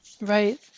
Right